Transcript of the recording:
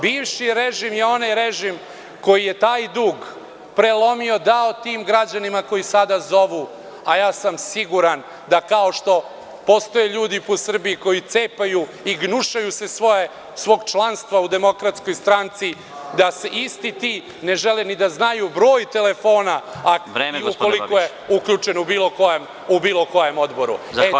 Bivši režim je onaj režim koji je taj dug prelomio, dao tim građanima koji sada zovu, a ja sam siguran da, kao što postoje ljudi po Srbiji koji cepaju i gnušaju se svog članstva u DS, da isti ti ne žele da znaju ni broj telefona ukoliko je uključen u bilo kojem odboru.